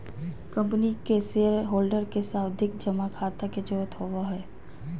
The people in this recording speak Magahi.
कम्पनी के शेयर होल्डर के सावधि जमा खाता के जरूरत होवो हय